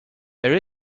there